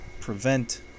prevent